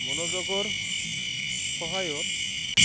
মনোযোগৰ সহায়ত